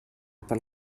pel